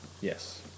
Yes